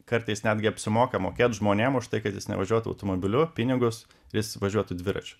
kartais netgi apsimoka mokėt žmonėm už tai kad jis nevažiuotų automobiliu pinigus jis važiuotu dviračiu